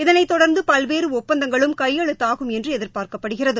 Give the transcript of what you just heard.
இதனைத் தொடர்ந்து பல்வேறு ஒப்பந்தங்களும் கையெழுத்தாகும் என்று எதிர்பார்க்கப்படுகிறது